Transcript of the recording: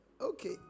Okay